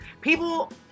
people